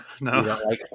no